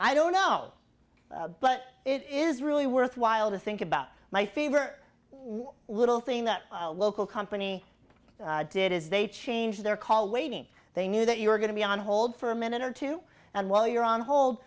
i don't know but it is really worthwhile to think about my fever little thing that a local company did is they changed their call waiting they knew that you were going to be on hold for a minute or two and while you're on hold